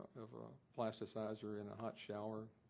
of a plasticizer in a hot shower,